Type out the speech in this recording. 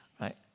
right